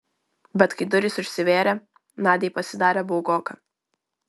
bet kai durys užsivėrė nadiai pasidarė baugoka